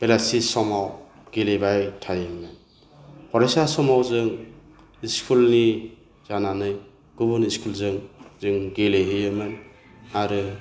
बेलासि समाव गेलेबाय थायोमोन फरायसा समाव जों स्कुलनि जानानै गुबुन स्कुलजों जों गेलेहैयोमोन आरो